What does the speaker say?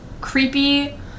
creepy